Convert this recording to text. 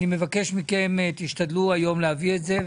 אני מבקש מכם להשתדל היום להביא את זה,